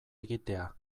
egitea